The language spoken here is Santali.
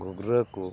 ᱜᱷᱩᱜᱨᱟᱹ ᱠᱚ